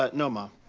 ah no mom.